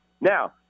Now